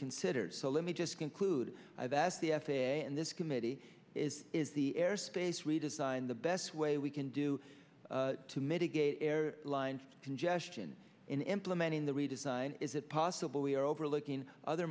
considered so let me just conclude i've asked the f a a and this committee is is the airspace redesign the best way we can do to mitigate air lines congestion in implementing the redesign is it possible we are overlooking other